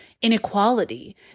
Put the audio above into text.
inequality